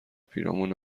پیرامون